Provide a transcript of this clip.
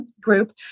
group